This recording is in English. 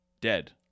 dead